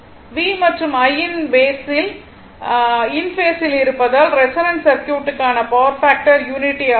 V மற்றும் I இன் பேஸில் இருப்பதால் ரெசோனன்ட் சர்க்யூட்டுக்கான பவர் ஃபாக்டர் யூனிட்டி ஆகும்